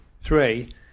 three